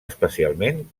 especialment